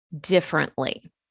differently